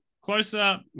closer